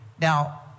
Now